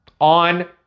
On